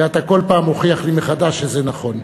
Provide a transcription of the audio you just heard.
ואתה כל פעם מוכיח לי מחדש שזה נכון.